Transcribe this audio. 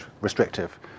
restrictive